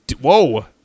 whoa